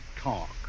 talk